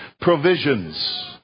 provisions